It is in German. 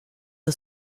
the